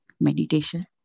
Meditation